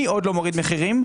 מי לא מוריד מחירים?